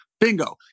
Bingo